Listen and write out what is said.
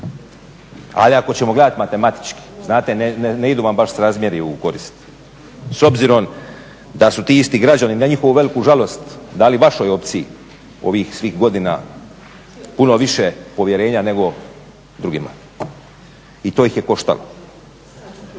Ali ako ćemo gledati matematički, znate ne idu vam baš srazmjeri u korist. S obzirom da su ti isti građani na njihovu veliku žalost dali vašoj opciji ovih svih godina puno više povjerenja nego drugima i to ih je koštalo.